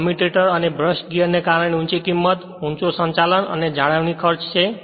commutator અને brush ગિયરને કારણે ઊંચી કિમત ઊંચો સંચાલન અને જાળવણી ખર્ચ છે